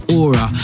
aura